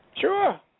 Sure